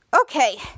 okay